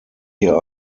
hier